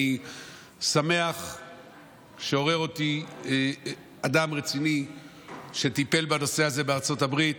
אני שמח שעורר אותי אדם רציני שטיפל בנושא הזה בארצות הברית,